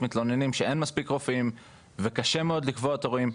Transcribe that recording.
שאין מספיק תורים ושקשה מאוד לקבוע תורים.